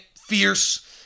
fierce